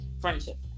friendship